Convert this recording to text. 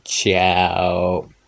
Ciao